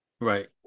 Right